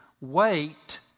wait